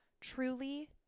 truly